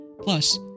Plus